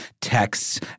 texts